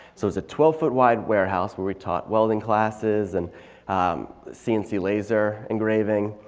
so it's a twelve foot wide warehouse where we taught welding classes and cnc laser engraving.